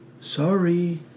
sorry